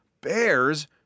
bears